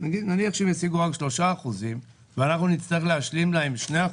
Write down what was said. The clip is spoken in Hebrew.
נניח שהם ישיגו רק 3% ואנחנו נצטרך להשלים להם 2%,